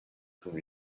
from